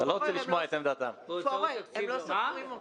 הם לא סופרים אותך.